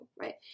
right